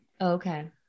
Okay